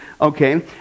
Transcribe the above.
okay